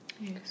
Yes